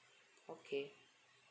okay